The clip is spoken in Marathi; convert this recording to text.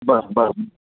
बरं बरं